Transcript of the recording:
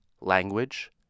language